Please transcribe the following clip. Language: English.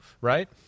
right